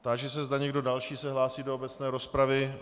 Táži se, zda se někdo další hlásí do obecné rozpravy.